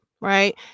right